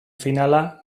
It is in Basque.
finala